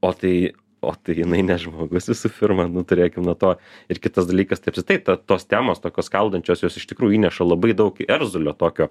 o tai o jinai ne žmogus visų pirma nu turėkim nuo to ir kitas dalykas tai apskritai ta tos temos tokios skaldančios jos iš tikrųjų įneša labai daug erzulio tokio